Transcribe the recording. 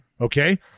Okay